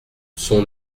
son